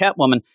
Catwoman